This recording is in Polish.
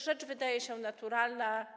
Rzecz wydaje się naturalna.